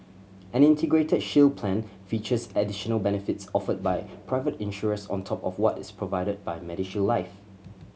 an Integrated Shield Plan features additional benefits offered by private insurers on top of what is provided by MediShield Life